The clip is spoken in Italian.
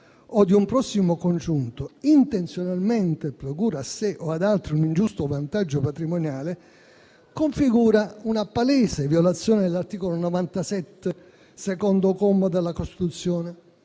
o di un prossimo congiunto, intenzionalmente procurino a sé o ad altri un ingiusto vantaggio patrimoniale, configura una palese violazione dell'articolo 97, secondo comma, della Costituzione,